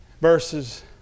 verses